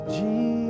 Jesus